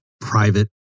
private